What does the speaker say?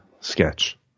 sketch